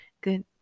Good